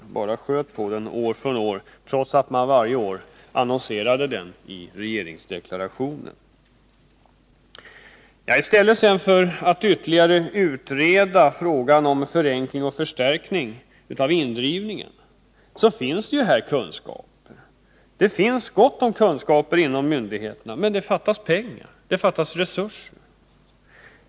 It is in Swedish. som bara sköts upp från år till år, trots att den I stället för att ytterligare utreda frågan om förenkling och förstärkning av indrivningen kunde man utnyttja de kunskaper som redan finns. Det finns gott om kunskaper inom myndigheterna, men det fattas pengar, det fattas resurser.